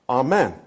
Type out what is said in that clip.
amen